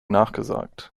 nachgesagt